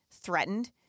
threatened